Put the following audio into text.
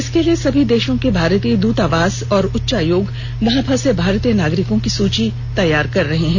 इसके लिए सभी देशों के भारतीय दूतावास और उच्चायोग वहां फसे भारतीय नागरिकों की सूची तैयार कर रहे हैं